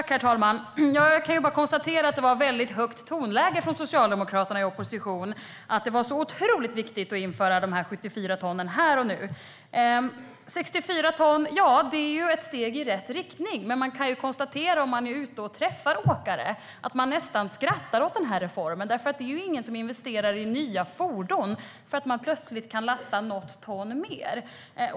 Herr talman! Jag kan bara konstatera att det var ett väldigt högt tonläge från Socialdemokraterna i opposition. Det var så otroligt viktigt att tillåta 74 ton här och nu. 64 ton är ett steg i rätt riktning, men om man är ute och träffar åkare kan man konstatera att de nästan skrattar åt den här reformen. Det är ju ingen som investerar i nya fordon för att det plötsligt går att lasta något ton mer.